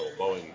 Boeing